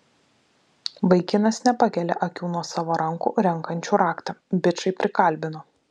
vaikinas nepakelia akių nuo savo rankų renkančių raktą bičai prikalbino